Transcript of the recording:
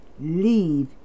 Leave